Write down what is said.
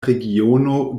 regiono